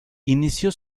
inició